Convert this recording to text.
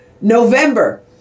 November